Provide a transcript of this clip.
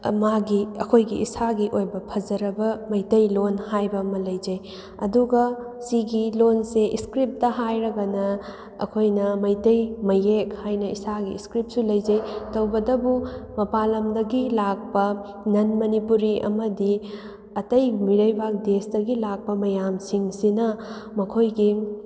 ꯃꯥꯒꯤ ꯑꯩꯈꯣꯏꯒꯤ ꯏꯁꯥꯒꯤ ꯑꯣꯏꯕ ꯐꯖꯔꯕ ꯃꯩꯇꯩꯂꯣꯟ ꯍꯥꯏꯕ ꯑꯃ ꯂꯩꯖꯩ ꯑꯗꯨꯒ ꯁꯤꯒꯤ ꯂꯣꯟꯁꯦ ꯏꯁꯀ꯭ꯔꯤꯞꯇ ꯍꯥꯏꯔꯒꯅ ꯑꯩꯈꯣꯏꯅ ꯃꯩꯇꯩ ꯃꯌꯦꯛ ꯍꯥꯏꯅ ꯏꯁꯥꯒꯤ ꯏꯁꯀ꯭ꯔꯤꯞꯁꯨ ꯂꯩꯖꯩ ꯇꯧꯕꯇꯕꯨ ꯃꯄꯥꯜꯂꯝꯗꯒꯤ ꯂꯥꯛꯄ ꯅꯟ ꯃꯅꯤꯄꯨꯔꯤ ꯑꯃꯗꯤ ꯑꯇꯩ ꯃꯤꯔꯩꯕꯥꯛ ꯗꯦꯁꯇꯒꯤ ꯂꯥꯛꯄ ꯃꯌꯥꯝꯁꯤꯡꯁꯤꯅ ꯃꯈꯣꯏꯒꯤ